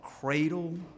cradle